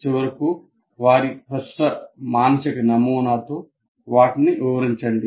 చివరకు వారి ప్రస్తుత మానసిక నమూనాతో వాటిని వివరించండి